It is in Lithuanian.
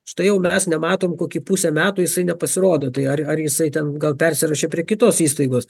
štai jau mes nematom kokį pusę metų jisai nepasirodo tai ar ar jisai ten gal persirašė prie kitos įstaigos